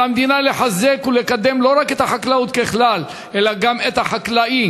על המדינה לחזק ולקדם לא רק את החקלאות בכלל אלא גם את החקלאי.